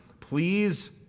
please